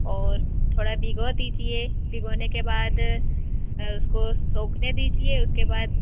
और थोड़ा भिगो दीजिए भिगोने के बाद उसको सूखने दीजिए उसके बाद